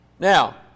Now